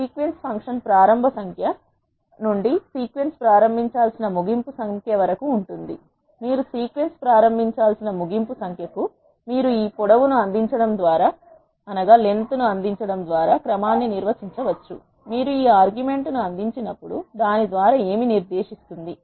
sequence function ప్రారంభ సంఖ్య నుండి సీక్వెన్స్ ప్రారంభించాల్సిన ముగింపు సంఖ్య వరకు ఉంటుంది మీరు సీక్వెన్స్ ప్రారంభించాల్సిన ముగింపు సంఖ్య కు మీరు ఈ పొడవు ను అందించడం ద్వారా క్రమాన్ని నిర్వచించవచ్చు మీరు ఈ ఆర్గ్యుమెంట్ ను అందించినప్పుడు దాని ద్వారా ఏమి నిర్దేశిస్తుంది